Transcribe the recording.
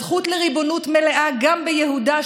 הזכות לריבונות מלאה גם ביהודה,